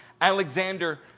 Alexander